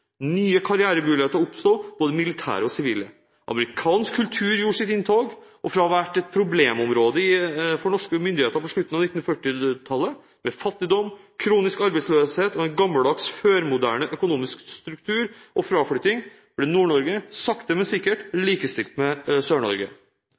Nye karrieremuligheter oppsto, både militære og sivile. Amerikansk kultur gjorde sitt inntog. Fra å ha vært et problemområde for norske myndigheter på slutten av 1940-tallet, med fattigdom, kronisk arbeidsløshet og en gammeldags før-moderne økonomisk struktur og fraflytting, ble Nord-Norge sakte, men sikkert